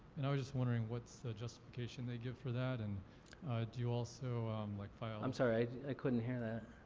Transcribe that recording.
and i was just wondering, what's justification they give for that and do you also like file i'm sorry, i couldn't hear that.